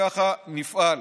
וככה נפעל.